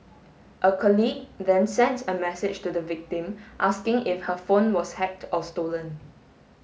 a colleague then sent a message to the victim asking if her phone was hacked or stolen